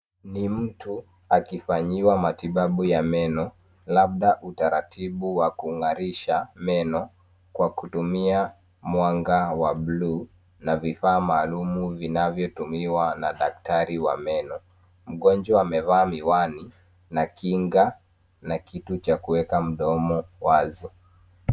Ni mtu akifanyiwa matibabu ya meno, labda utaratibu wa kung'arisha meno, kwa kutumia mwanga wa blue , na vifaa maalumu vinavyotumiwa na daktari wa meno. Mgonjwa amevaa miwani, na kinga, na kitu cha kuweka mdomo wazi.